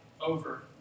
over